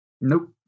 Nope